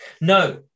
No